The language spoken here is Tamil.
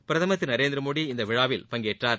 பிரதமர் திரு நரேந்திரமோடி இந்த விழாவில் பங்கேற்றார்